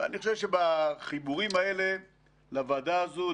ואני חושב שבחיבורים האלה לוועדה הזו,